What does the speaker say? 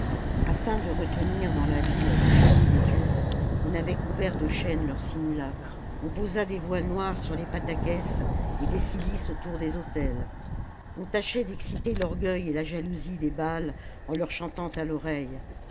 afin de retenir dans la ville le génie des dieux on avait couvert de chaînes leurs simulacres on posa des voiles noirs sur les patœques et des cilices autour des autels on tâchait d'exciter l'orgueil et la jalousie des baais en leur chantant à l'oreille